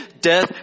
Death